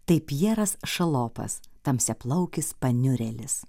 tai pjeras šalopas tamsiaplaukis paniurėlis